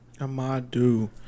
Amadu